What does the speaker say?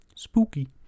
Spooky